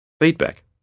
Feedback